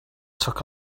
took